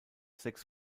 sechs